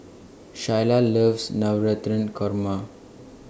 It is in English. Shyla loves Navratan Korma